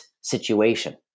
situation